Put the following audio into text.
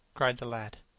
cried the lad,